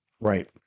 Right